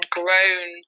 grown